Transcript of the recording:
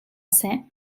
seh